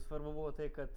svarbu buvo tai kad